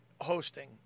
hosting